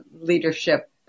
leadership